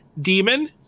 demon